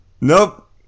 Nope